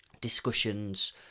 discussions